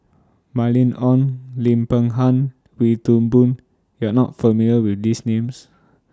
Mylene Ong Lim Peng Han Wee Toon Boon YOU Are not familiar with These Names